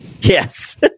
Yes